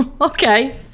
Okay